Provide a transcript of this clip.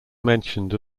mentioned